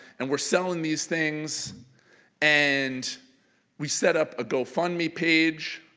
and we're selling these things and we set up a gofundme page.